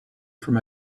from